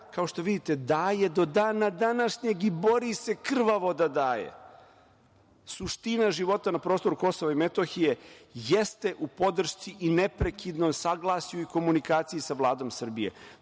kao što vidite, daje do dana današnjeg i bori se krvavo da daje. Suština života na prostoru KiM jeste u podršci i neprekidnom saglasju i komunikaciji sa Vladom Srbije. Bez